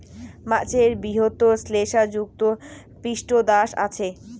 মাছের বৃহৎ শ্লেষ্মাযুত পৃষ্ঠদ্যাশ আচে